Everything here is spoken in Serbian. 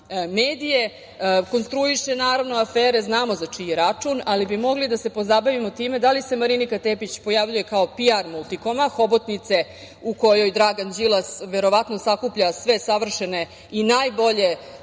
medije. Konstruiše, naravno afere, znamo za čiji račun, ali bi mogli da se pozabavimo time da li se Marinika Tepić pojavljuje kao „pi-ar“ „Multikoma“, hobotnice u kojoj Dragan Đilas verovatno sakuplja sve savršene i najbolje